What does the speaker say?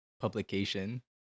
publication